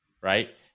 right